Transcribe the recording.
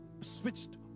switched